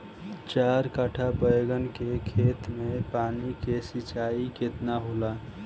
चार कट्ठा बैंगन के खेत में पानी के सिंचाई केतना होला?